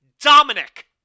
Dominic